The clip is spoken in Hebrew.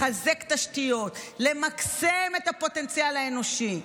לחזק תשתיות, למקסם את הפוטנציאל האנושי.